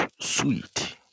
sweet